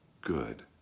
good